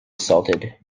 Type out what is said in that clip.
assaulted